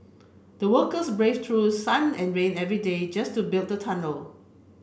the workers braved through sun and rain every day just to build the tunnel